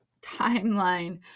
timeline